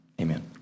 Amen